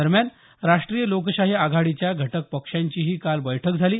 दरम्यान राष्ट्रीय लोकशाही आघाडीच्या घटक पक्षांचीही काल बैठक झाली